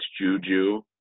Juju